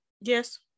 Yes